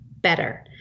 better